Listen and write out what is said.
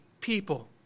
people